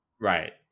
Right